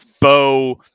Bo